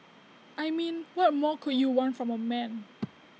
I mean what more could you want from A man